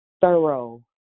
thorough